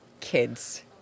kids